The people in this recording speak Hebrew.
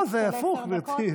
לא, זה הפוך, גברתי.